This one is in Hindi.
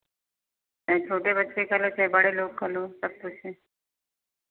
चाहे छोटे बच्चे का लो चाहे बड़े लोग का लो सब कुछ है